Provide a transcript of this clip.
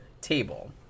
table